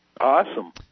Awesome